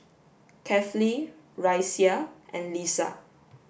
Kefli Raisya and Lisa